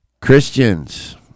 Christians